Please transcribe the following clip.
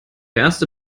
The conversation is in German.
erste